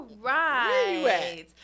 right